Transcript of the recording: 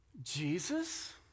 Jesus